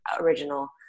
original